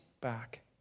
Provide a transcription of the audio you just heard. back